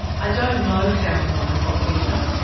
i don't know how and why i got better,